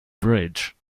bridge